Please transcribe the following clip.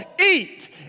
eat